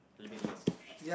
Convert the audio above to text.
limitless option